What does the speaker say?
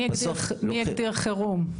מי הגדיר חירום?